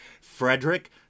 Frederick